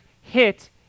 hit